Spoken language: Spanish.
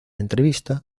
entrevista